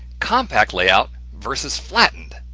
compact layout vs. flattened.